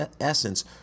essence